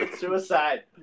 Suicide